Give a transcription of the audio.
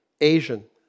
Asian